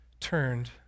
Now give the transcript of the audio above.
turned